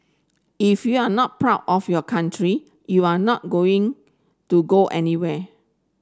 if you are not proud of your country you are not going to go anywhere